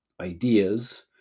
ideas